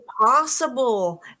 possible